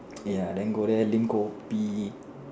ya then go there lim kopi